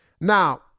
Now